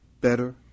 better